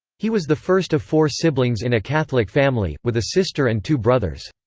he was the first of four siblings in a catholic family, with a sister and two brothers.